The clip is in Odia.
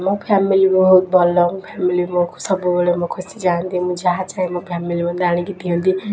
ମୋ ଫ୍ୟାମିଲି ବହୁତ ଭଲ ଫ୍ୟାମିଲି ମୋ ସବୁବେଳେ ମୋ ଖୁସି ଚାହାଁନ୍ତି ମୁଁ ଯାହା ଚାହେଁ ମୋ ଫ୍ୟାମିଲି ମୋତେ ଆଣିକି ଦିଅନ୍ତି